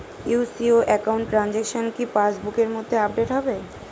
UCO account transaction কি pass বুকের মধ্যে আপডেট হবে?